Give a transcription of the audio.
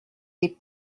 des